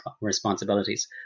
responsibilities